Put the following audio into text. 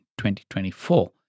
2024